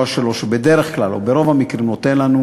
שלו שבדרך כלל או ברוב המקרים הוא נותן לנו